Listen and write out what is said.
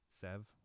Sev